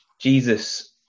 Jesus